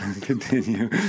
Continue